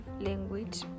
language